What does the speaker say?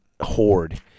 horde